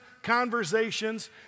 conversations